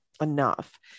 enough